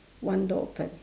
one door open